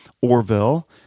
Orville